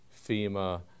FEMA